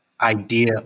idea